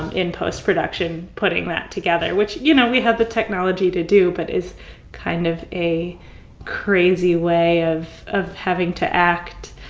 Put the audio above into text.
in post-production, putting that together which, you know, we have the technology to do but is kind of a crazy way of of having to act.